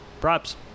props